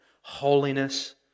holiness